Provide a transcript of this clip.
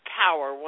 power